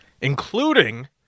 including